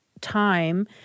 time